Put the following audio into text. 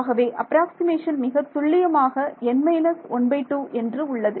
ஆகவே அப்ராக்ஸிமேஷன் மிகத்துல்லியமாக n − ½ என்று உள்ளது